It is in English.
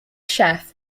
chef